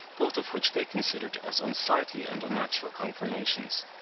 both of which they considered as unsightly and unnatural conformations.